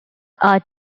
are